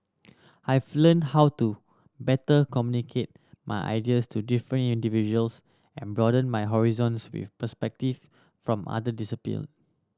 I've learnt how to better communicate my ideas to different individuals and broaden my horizons with perspective from other disappear